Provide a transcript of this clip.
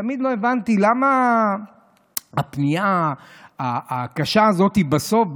תמיד לא הבנתי למה הפנייה הקשה הזו בסוף,